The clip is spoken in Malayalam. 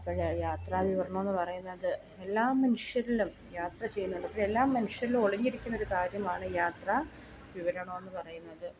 അപ്പോൾ യാത്രാ വിവരണമെന്ന് പറയുന്നത് എല്ലാ മനുഷ്യരിലും യാത്ര ചെയ്യുന്നത് ഇപ്പോൾ എല്ലാ മനുഷ്യരിലും ഒളിഞ്ഞിരിക്കുന്ന ഒരു കാര്യമാണ് യാത്ര വിവരണമെന്ന് പറയുന്നത്